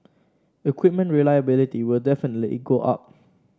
equipment reliability will definitely go up